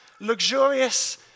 luxurious